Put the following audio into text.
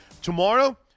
Tomorrow